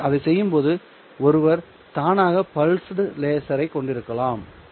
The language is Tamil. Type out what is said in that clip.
எனவே அதை செய்யும் போது ஒருவர் தானாகவே பல்ஸ்டு லேசரைக் கொண்டிருக்கலாம்